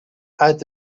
uit